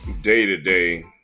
day-to-day